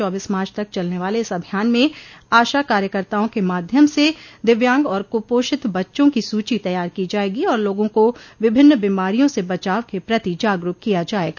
चौबीस मार्च तक चलने वाले इस अभियान में आशा कार्यकर्ताओं के माध्यम से दिव्यांग और कुपोषित बच्चों की सूची तैयार की जायेगी और लोगों को विभिन्न बीमारियों से बचाव के प्रति जागरूक किया जायेगा